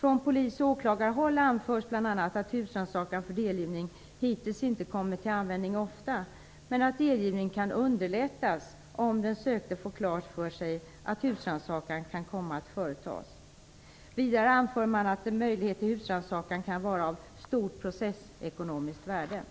Från polis och åklagarhåll anförs bl.a. att husrannsakan för delgivning hittills inte kommit till användning ofta men att delgivning kan underlättas om den sökte får klart för sig att husrannsakan kan komma att företas. Vidare anför man att en möjlighet till husrannsakan kan vara av stort processekonomiskt värde.